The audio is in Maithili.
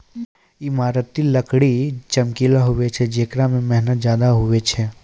ईमारती लकड़ी चमकिला हुवै छै जेकरा मे मेहनत ज्यादा हुवै छै